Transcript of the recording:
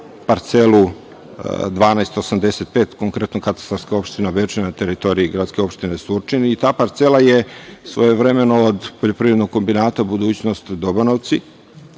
parcelu 1285, konkretno katastarska opština Bečmen na teritoriji gradske opštine Surčin. Ta parcela je svojevremeno od Poljoprivrednog kombinata „Budućnost“ Dobanovci